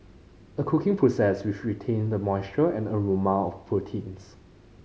a cooking process which retain the moisture and aroma of proteins